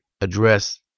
address